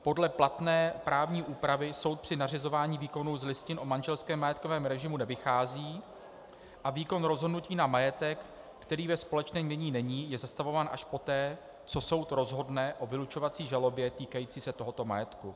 Podle platné právní úpravy soud při nařizování výkonu z listin o manželském majetkovém režimu nevychází a výkon rozhodnutí na majetek, který ve společném jmění není, je zastavován až poté, co soud rozhodne o vylučovací žalobě, týkající se tohoto majetku.